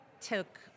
took